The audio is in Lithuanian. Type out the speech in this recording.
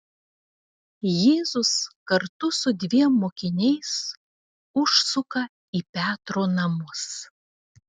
jėzus kartu su dviem mokiniais užsuka į petro namus